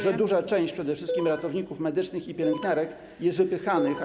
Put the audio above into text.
że duża część przede wszystkim ratowników medycznych i pielęgniarek jest wypychana.